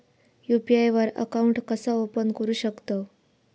UPI वर account कसा open करू शकतव?